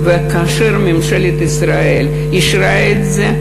וכאשר ממשלת ישראל אישרה את זה,